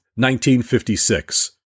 1956